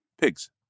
pigs